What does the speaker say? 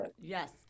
Yes